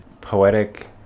poetic